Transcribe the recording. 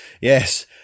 Yes